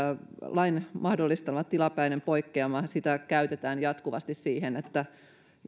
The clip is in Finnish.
lain mahdollistamaa tilapäistä poikkeamaa käytetään jatkuvasti siihen että